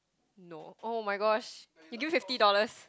no oh-my-gosh you give me fifty dollars